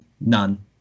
none